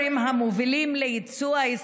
והם חלק משני הסקטורים המובילים ביצוא הישראלי,